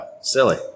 Silly